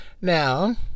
Now